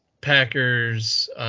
Packers